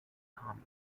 commune